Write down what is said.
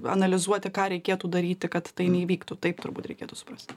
analizuoti ką reikėtų daryti kad tai neįvyktų taip turbūt reikėtų suprast